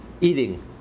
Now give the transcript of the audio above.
eating